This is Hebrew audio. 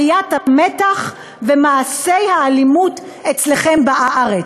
עליית המתח ומעשי האלימות אצלכם בארץ.